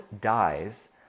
dies